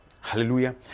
hallelujah